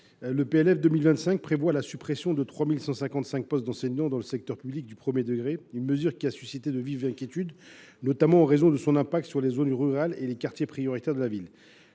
pour 2025 prévoit la suppression des 3 155 postes d’enseignants dans le secteur public du premier degré. Cette mesure a suscité de vives inquiétudes, notamment en raison de son impact sur les zones rurales et les quartiers prioritaires de la ville.